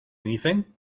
anything